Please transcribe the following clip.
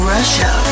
Russia